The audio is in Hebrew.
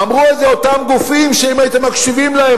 אמרו את זה אותם גופים שאם הייתם מקשיבים להם,